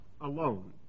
alone